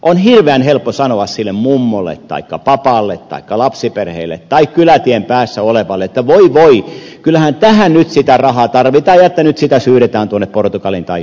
on hirveän helppo sanoa sille mummolle taikka papalle taikka lapsiperheelle tai kylätien päässä olevalle että voi voi kyllähän tähän nyt sitä rahaa tarvitaan ja että nyt sitä syydetään tuonne portugaliin tai jonnekin muualle